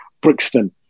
Brixton